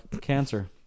Cancer